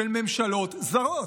של ממשלות זרות.